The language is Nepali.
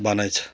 भनाइ छ